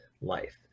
life